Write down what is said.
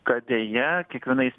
kad deja kiekvienais